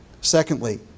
Secondly